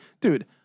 dude